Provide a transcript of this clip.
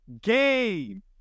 game